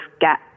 get